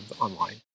online